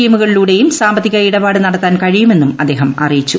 എമ്മുകളിലൂടെയും സാമ്പത്തിക ഇടപാട് നടത്താൻ കഴിയുമെന്നും അദ്ദേഹം അറിയിച്ചു